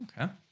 Okay